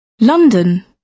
London